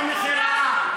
לא מכירה,